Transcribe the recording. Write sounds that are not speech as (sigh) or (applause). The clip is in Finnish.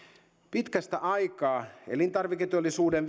pitkästä aikaa elintarviketeollisuuden (unintelligible)